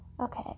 Okay